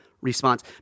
response